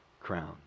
crown